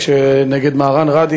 כשנגד מהראן ראדי,